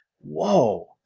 whoa